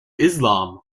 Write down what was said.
islam